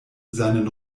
seinen